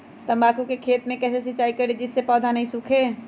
तम्बाकू के खेत मे कैसे सिंचाई करें जिस से पौधा नहीं सूखे?